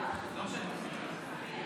אבל למה, יגיע שר.